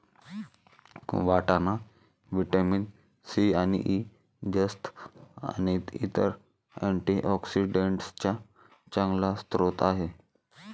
वाटाणा vitamin C आणि E, जस्त आणि इतर अँटीऑक्सिडेंट्सचा चांगला स्रोत आहे